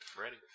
ready